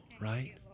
right